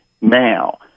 Now